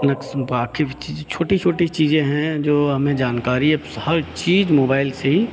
ऐसे बाकी कि चीज़ें छोटी छोटी चीज़ें हैं जो हमें जानकारी अब हर चीज़ अब मोबाइल से ही